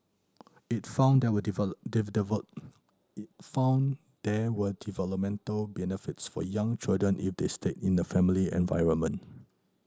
it found there were it found there were developmental benefits for young children if they stayed in a familiar environment